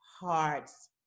hearts